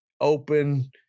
open